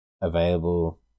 available